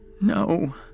No